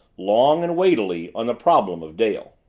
long and weightily, on the problem of dale.